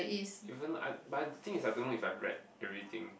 even I but the thing is I don't know if I've read everything